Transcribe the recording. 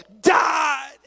died